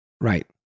Right